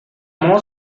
more